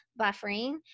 buffering